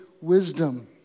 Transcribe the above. wisdom